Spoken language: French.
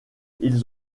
ils